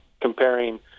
comparing